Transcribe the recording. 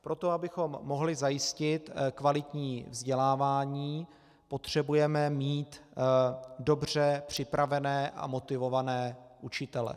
Pro to, abychom mohli zajistit kvalitní vzdělávání, potřebujeme mít dobře připravené a motivované učitele.